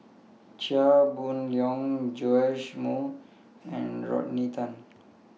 Chia Boon Leong Joash Moo and Rodney Tan